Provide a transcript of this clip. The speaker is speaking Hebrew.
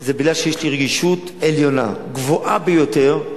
זה כי יש לי רגישות עליונה, גבוהה ביותר,